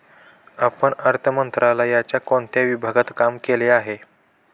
आपण अर्थ मंत्रालयाच्या कोणत्या विभागात काम केले आहे?